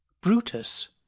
Brutus